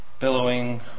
Billowing